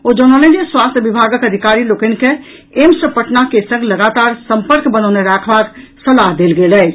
ओ जनौलनि जे स्वास्थ्य विभागक अधिकारी लोकनि के एम्स पटना के संग लगातार सम्पर्क बनौने राखबाक सलाह देल गेल अछि